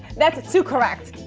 that's too correct.